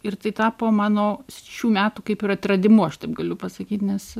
ir tai tapo mano šių metų kaip ir atradimu aš taip galiu pasakyt nes